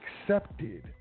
accepted